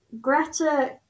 Greta